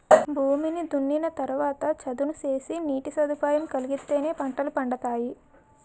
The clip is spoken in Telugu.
భూమిని దున్నిన తరవాత చదును సేసి నీటి సదుపాయం కలిగిత్తేనే పంటలు పండతాయి